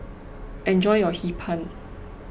enjoy your Hee Pan